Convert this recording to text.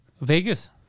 Vegas